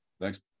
thanks